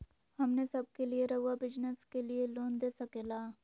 हमने सब के लिए रहुआ बिजनेस के लिए लोन दे सके ला?